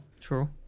True